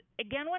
again